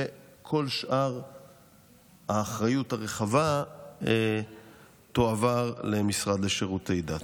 וכל שאר האחריות הרחבה תועבר למשרד לשירותי דת.